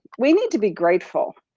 we need to be grateful,